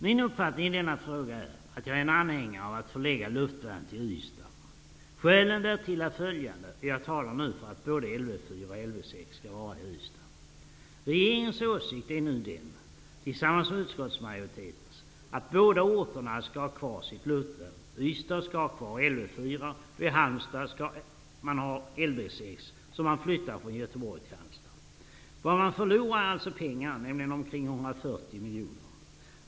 Min uppfattning i denna fråga är att jag är en anhängare av att förlägga luftvärnet till Ystad. Skälen därtill är följande, och jag talar nu för att både Lv 4 och Lv 6 skall vara placerade i Regeringens åsikt är nu -- tillsammans med utskottsmajoritetens -- att båda orterna skall ha kvar sitt luftvärn. Ystad skall ha kvar Lv 4 och Halmstad skall ha Lv 6, som man flyttar från Göteborg till Halmstad. Vad man förlorar är alltså pengar, omkring 140 miljoner.